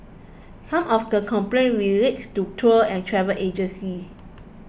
some of the complaints relate to tour and travel agencies